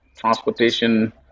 transportation